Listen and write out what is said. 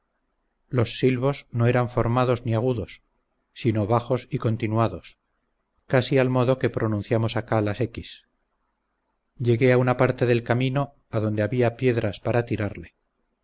los silbos no eran formados ni agudos sino bajos y continuados casi al modo que pronunciamos acá las xx llegué a una parte del camino a donde había piedras para tirarle